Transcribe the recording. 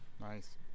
Nice